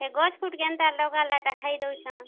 ଏ ଗଛ୍ ପୁଟ୍ କେନ୍ତା ଲଗଲେଟା ଖାଇ ଦେଉଛନ୍